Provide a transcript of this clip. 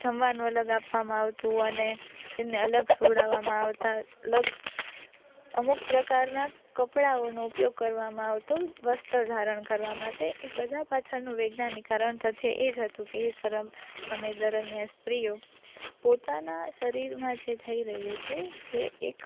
જમવાનું અલગ આપવામાં આવતું અને તેમને અલગ સુવડાવવામાં આવતાં અલગ અમુક પ્રકારનાં કપડાંઓનો ઉપયોગ કરવામાં આવતો વસ્ત્ર ધારણ કરવા માટે એ બધા પાછળનું વૈજ્ઞાનિક કારણ તથ્ય એ જ હતું કે સમય દરમિયાન સ્ત્રીઓ પોતાના શરીરમાં જે થઈ રહ્યું છે જે એક